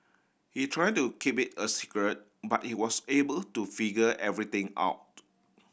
hey try to keep it a secret but he was able to figure everything out